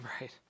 right